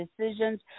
decisions